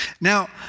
Now